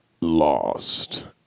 Lost